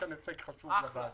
יש לכם הישג חשוב לוועדה.